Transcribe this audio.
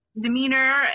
demeanor